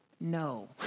No